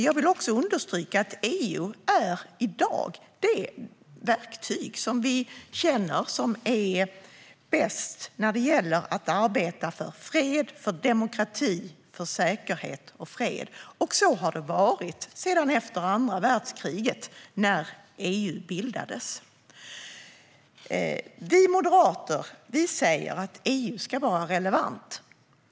Jag vill också understryka att EU i dag är det verktyg som vi känner bäst när det gäller att arbeta för fred, demokrati och säkerhet. Så har det varit sedan efter andra världskriget när EU bildades. Vi moderater säger att EU ska vara relevant.